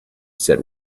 said